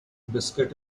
biscuit